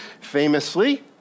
famously